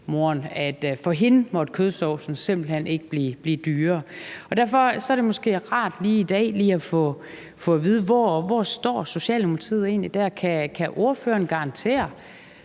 at for hende måtte kødsovsen simpelt hen ikke blive dyrere. Derfor er det måske rart lige i dag at få at vide, hvor Socialdemokratiet egentlig står der. Kan ordføreren garantere,